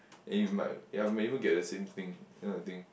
and you might ya I'm even get the same thing that kind of thing